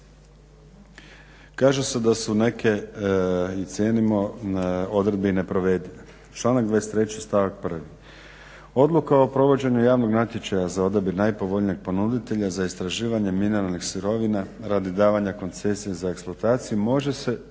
Kaže se da su neke, i cijenimo, odredbe i neprovedive.